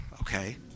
okay